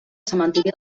cementiri